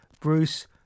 Bruce